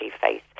face